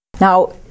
Now